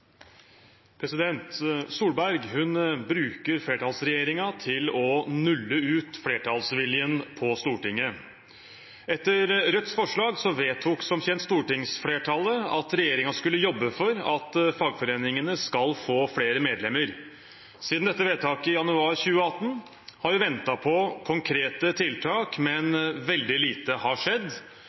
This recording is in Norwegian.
kjent stortingsflertallet at regjeringen skulle jobbe for at fagforeningene skal få flere medlemmer. Siden dette vedtaket i januar 2018 har vi ventet på konkrete tiltak, men veldig lite har skjedd.